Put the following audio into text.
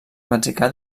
mexicà